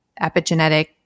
epigenetic